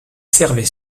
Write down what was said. servait